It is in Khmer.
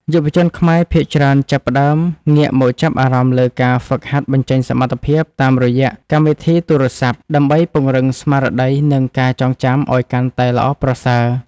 យុវជនខ្មែរភាគច្រើនចាប់ផ្តើមងាកមកចាប់អារម្មណ៍លើការហ្វឹកហាត់បញ្ចេញសមត្ថភាពតាមរយៈកម្មវិធីទូរស័ព្ទដើម្បីពង្រឹងស្មារតីនិងការចងចាំឱ្យកាន់តែល្អប្រសើរ។